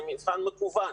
זה מבחן מקוון.